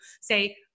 say